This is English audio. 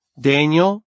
Daniel